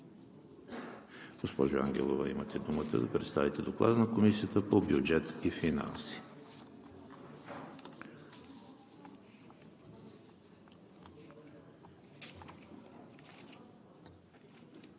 Госпожо Ангелова, заповядайте да представите Доклада на Комисията по бюджет и финанси.